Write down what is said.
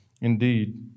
indeed